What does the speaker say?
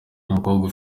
umukobwa